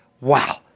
Wow